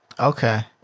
Okay